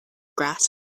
grass